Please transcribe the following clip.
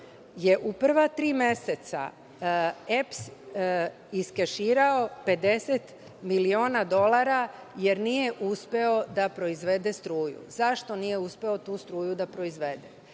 je u prva tri meseca EPS iskeširao 50 miliona dolara, jer nije uspeo da proizvede struju. Zašto nije uspeo tu struju da proizvede?